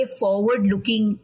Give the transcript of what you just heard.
forward-looking